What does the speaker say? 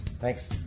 Thanks